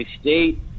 state